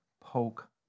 poke